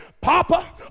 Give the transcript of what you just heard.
Papa